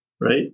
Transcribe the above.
Right